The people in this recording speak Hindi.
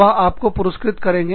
वह आपको पुरस्कृत करेंगे